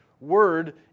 Word